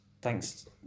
thanks